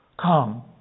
Come